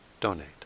donate